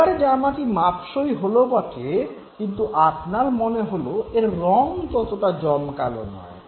এবারে জামাটি মাপসই হল বটে কিন্তু আপনার মনে হল এর রং ততটা জমকালো নয়